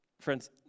friends